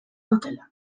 dutela